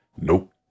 Nope